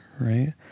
right